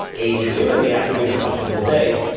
eighty two in the afternoon, a comfortable day.